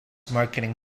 marketing